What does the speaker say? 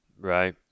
Right